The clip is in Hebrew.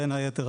בין היתר,